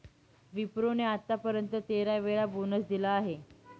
विप्रो ने आत्तापर्यंत तेरा वेळा बोनस दिला आहे